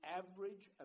average